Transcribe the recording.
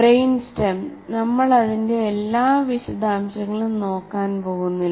brain stem നമ്മൾ അതിന്റെ എല്ലാ വിശദാംശങ്ങളും നോക്കാൻ പോകുന്നില്ല